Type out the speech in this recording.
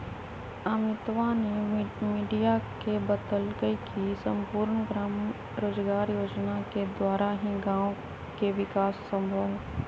अमितवा ने मीडिया के बतल कई की सम्पूर्ण ग्राम रोजगार योजना के द्वारा ही गाँव के विकास संभव हई